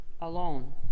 alone